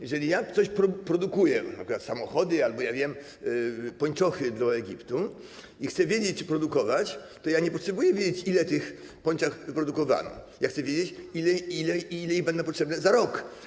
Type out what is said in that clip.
Jeżeli ja coś produkuję, np. samochody albo, ja wiem, pończochy do Egiptu, i chcę wiedzieć, czy produkować, to ja nie potrzebuję wiedzieć, ile tych pończoch wyprodukowano, ja chcę wiedzieć, ile ich będzie potrzebne za rok.